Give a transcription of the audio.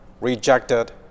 rejected